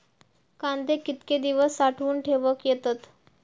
कांदे कितके दिवस साठऊन ठेवक येतत?